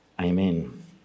Amen